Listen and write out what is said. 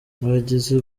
abagize